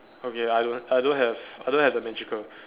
okay I don't I don't have I don't have the magical